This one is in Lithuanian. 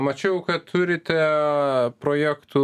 mačiau kad turite projektų